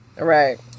Right